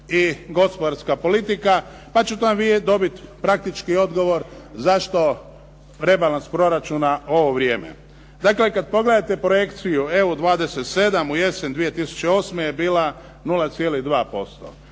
i gospodarska politika pa ćete dobiti praktički odgovor zašto rebalans proračuna ovo vrijeme. Dakle, kad pogledate projekciju EU 27 u jesen 2008. je bila 0,2%